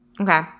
Okay